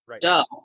Duh